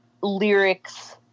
lyrics